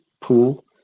pool